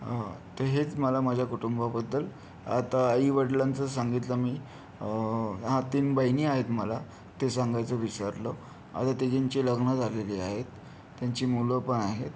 तर हेच मला माझ्या कुटुंबाबद्दल आता आईवडिलांचं सांगितलं मी हां तीन बहिणी आहेत मला ते सांगायचं विसरलो आता तिघींची लग्न झालेली आहेत त्यांची मुलं पण आहेत